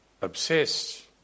obsessed